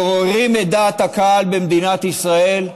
מעוררים את דעת הקהל במדינת ישראל,